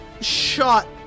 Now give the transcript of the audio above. shot